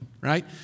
right